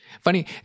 Funny